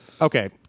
Okay